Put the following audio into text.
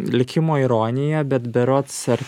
likimo ironija bet berods ar